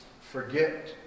forget